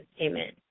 amen